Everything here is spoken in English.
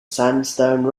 sandstone